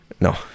No